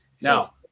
Now